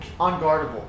unguardable